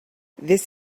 this